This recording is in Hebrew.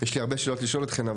יש לי הרבה שאלות לשאול אתכן,